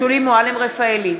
שולי מועלם-רפאלי,